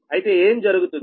అయితే ఏమి జరుగుతుంది